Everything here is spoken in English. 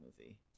movie